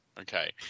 okay